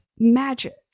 magic